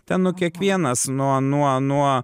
ten nu kiekvienas nuo nuo nuo